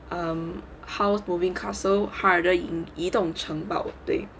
um house moving castle harder 赢移动城堡对